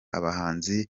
abahanzi